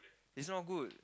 is not good